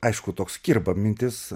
aišku toks kirba mintis